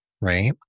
right